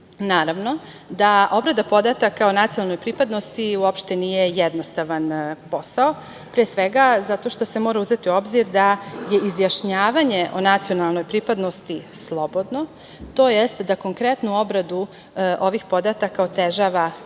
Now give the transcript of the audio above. pisma. Naravno da obrada podataka o nacionalnoj pripadnosti uopšte nije jednostavan posao. Pre svega, zato što se mora uzeti u obzir da je izjašnjavanje o nacionalnoj pripadnosti slobodno, tj. da konkretnu obradu ovih podataka otežava